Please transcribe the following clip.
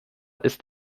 ist